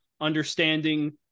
understanding